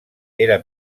era